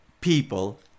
people